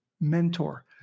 mentor